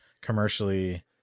commercially